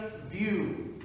view